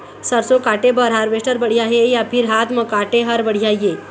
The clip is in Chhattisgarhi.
सरसों काटे बर हारवेस्टर बढ़िया हे या फिर हाथ म काटे हर बढ़िया ये?